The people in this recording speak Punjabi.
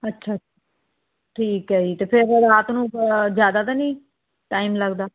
ਅੱਛਾ ਠੀਕ ਹੈ ਜੀ ਅਤੇ ਫਿਰ ਰਾਤ ਨੂੰ ਜ਼ਿਆਦਾ ਤਾਂ ਨਹੀਂ ਟਾਈਮ ਲੱਗਦਾ